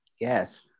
Yes